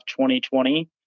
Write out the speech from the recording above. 2020